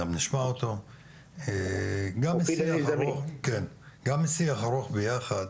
בשיח ארוך ביחד,